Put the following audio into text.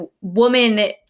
woman